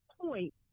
point